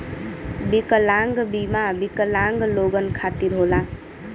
विकलांग बीमा विकलांग लोगन खतिर होला